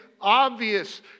obvious